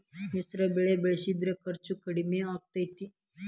ಮಿಶ್ರ ಬೆಳಿ ಬೆಳಿಸಿದ್ರ ಖರ್ಚು ಕಡಮಿ ಆಕ್ಕೆತಿ?